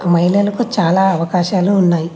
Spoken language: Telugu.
మహిళలకు చాలా అవకాశాలు ఉన్నాయి